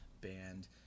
band